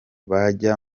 bajya